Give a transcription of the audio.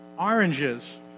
oranges